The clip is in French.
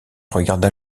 regarda